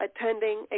attending